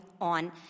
on